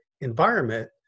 environment